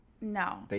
No